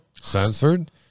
censored